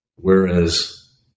Whereas